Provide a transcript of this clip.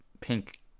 Pink